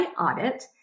audit